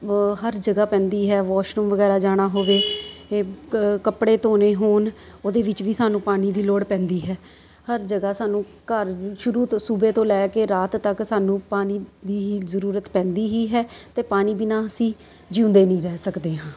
ਹਰ ਜਗ੍ਹਾ ਪੈਂਦੀ ਹੈ ਵੋਸ਼ਰੂਮ ਵਗੈਰਾ ਜਾਣਾ ਹੋਵੇ ਹੇ ਕ ਕੱਪੜੇ ਧੋਣੇ ਹੋਣ ਉਹਦੇ ਵਿੱਚ ਵੀ ਸਾਨੂੰ ਪਾਣੀ ਦੀ ਲੋੜ ਪੈਂਦੀ ਹੈ ਹਰ ਜਗ੍ਹਾ ਸਾਨੂੰ ਘਰ ਸ਼ੁਰੂ ਤੋਂ ਸੁਬਹ ਤੋਂ ਲੈ ਕੇ ਰਾਤ ਤੱਕ ਸਾਨੂੰ ਪਾਣੀ ਦੀ ਹੀ ਜ਼ਰੂਰਤ ਪੈਂਦੀ ਹੀ ਹੈ ਅਤੇ ਪਾਣੀ ਬਿਨਾਂ ਅਸੀਂ ਜਿਉਂਦੇ ਨਹੀਂ ਰਹਿ ਸਕਦੇ ਹਾਂ